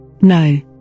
No